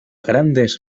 grandes